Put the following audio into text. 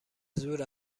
زور